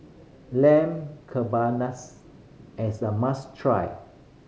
Lamb is a must try